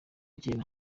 kera